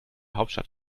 hauptstadt